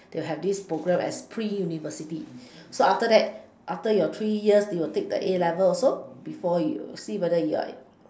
to have this programme as pre university so after that after your three years you will take the A-levels also before you see whether you will